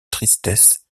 tristesse